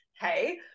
hey